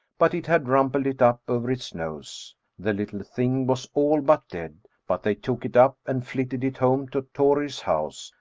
but it had rumpled it up over its nose the little thing was all but dead but they took it up and flitted it home to thorir's house,